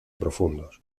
profundos